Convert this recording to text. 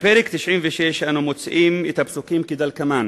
בפרק 96 אנו מוצאים את הפסוקים כדלקמן: